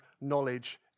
knowledge